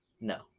No